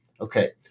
Okay